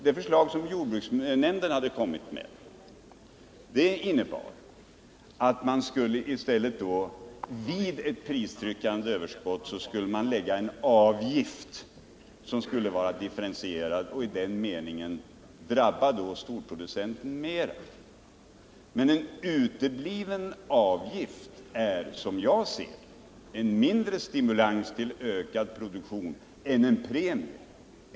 Det förslag som jordbruksnämnden kom med innebar att man i stället vid pristryckande överskott skulle ta ut en differentierad avgift, som i den meningen skulle drabba storproducenten mera. Men en utebliven avgift är, som jag ser det, en mindre stimulans till ökad produktion än en premie.